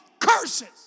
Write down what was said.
curses